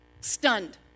stunned